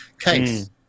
case